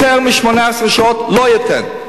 יותר מ-18 שעות לא אתן.